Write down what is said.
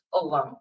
alone